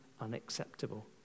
unacceptable